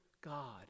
God